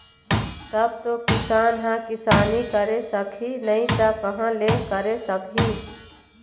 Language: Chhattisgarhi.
तब तो किसान ह किसानी करे सकही नइ त कहाँ ले करे सकही